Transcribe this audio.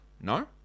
no